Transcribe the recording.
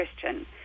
Christian